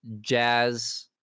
jazz